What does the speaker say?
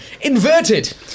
inverted